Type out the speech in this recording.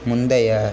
முந்தைய